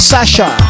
Sasha